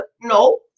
no